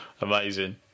Amazing